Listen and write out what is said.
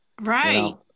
Right